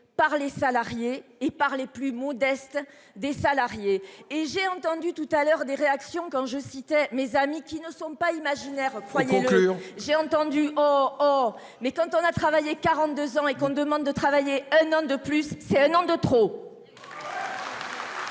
par les salariés et par les plus modestes des salariés et j'ai entendu tout à l'heure des réactions quand je citais mes amis qui ne sont pas imaginaires croyez le. J'ai entendu. Or, mais quand on a travaillé 42 ans et qu'on demande de travailler un an de plus, c'est un an de trop.